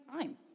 time